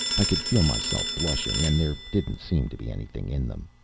i could feel myself blushing, and there didn't seem to be anything in them.